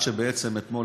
חשוב לו,